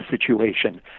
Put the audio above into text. situation